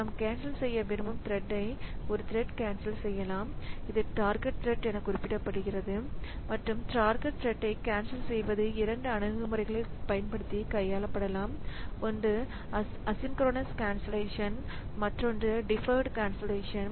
நாம் கேன்சல் செய்ய விரும்பும் த்ரெட்டை ஒரு த்ரெட் கேன்சல் செய்யலாம் இது டார்கெட் த்ரெட் என குறிப்பிடப்படுகிறது மற்றும் டார்கெட் த்ரெட்டை கேன்சல் செய்வது இரண்டு அணுகுமுறைகளைப் பயன்படுத்தி கையாளப்படலாம் ஒன்று அசின் கொரோனஸ் கன்சல்லேஷன் மற்றொன்று டிஃப ர்டு கன்சல்லேஷன்